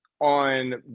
on